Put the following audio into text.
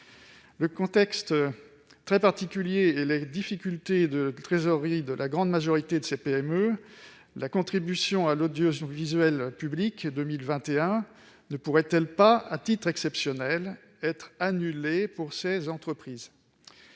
du contexte très particulier et des difficultés de trésorerie de la grande majorité de ces PME, la contribution à l'audiovisuel public pour 2021 ne pourrait-elle pas, à titre exceptionnel, être annulée pour ces entreprises ?